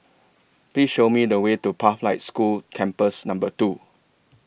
Please Show Me The Way to Pathlight School Campus Number two